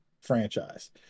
franchise